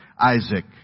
Isaac